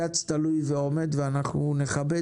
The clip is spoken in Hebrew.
עתירה לבג"ץ תלויה ועומדת ואנחנו נכבד